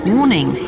Warning